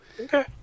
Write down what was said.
Okay